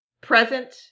present